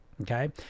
okay